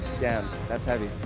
damn, that's heavy.